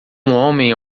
homem